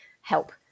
help